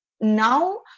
Now